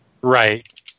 right